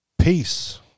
Peace